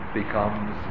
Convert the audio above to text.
becomes